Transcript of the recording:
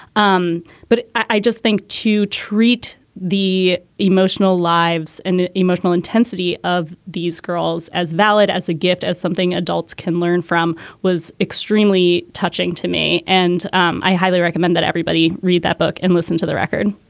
um but i just think to treat the emotional lives and the emotional intensity of these girls as valid as a gift, as something adults can learn from, was extremely touching to me. and um i highly recommend that everybody read that book and listen to the record,